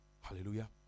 hallelujah